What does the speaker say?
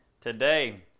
today